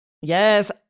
Yes